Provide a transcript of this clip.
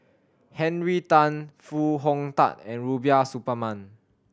Henry Tan Foo Hong Tatt and Rubiah Suparman